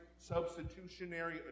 substitutionary